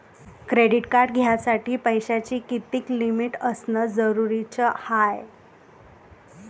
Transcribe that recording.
Credit card घ्यासाठी पैशाची कितीक लिमिट असनं जरुरीच हाय?